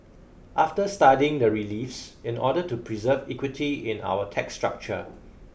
after studying the reliefs in order to preserve equity in our tax structure